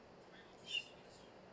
sure